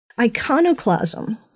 Iconoclasm